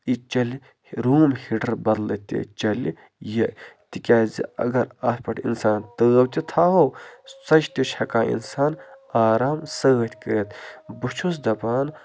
یہِ چَلہِ room heater بَدلہٕ تہِ چَلہِ یہِ تِکیٛازِ اَگر اَتھ پٮ۪ٹھ اِنسان تٲو تہِ تھاوَو ژۄچہِ تہِ چھِ ہٮ۪کان اِنسان آرام سۭتۍ کٔرِتھ بہٕ چھُس دَپان